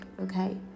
okay